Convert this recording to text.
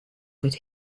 could